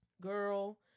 Girl